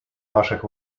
наших